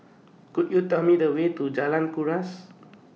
Could YOU Tell Me The Way to Jalan Kuras